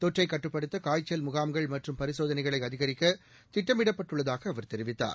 தொற்றை கட்டுப்படுத்த காய்ச்சல் முகாம்கள் மற்றும் பரிசோதனைகளை அதிகரிக்க திட்டமிடப்பட்டுள்ளதாக அவர் தெரிவித்தார்